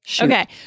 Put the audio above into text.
Okay